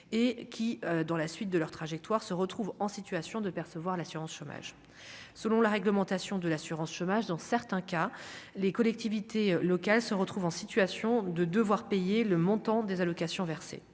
et qui, dans la suite de leur trajectoire se retrouvent en situation de percevoir l'assurance chômage, selon la réglementation de l'assurance chômage, dans certains cas, les collectivités locales se retrouvent en situation de devoir payer le montant des allocations versées